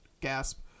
Gasp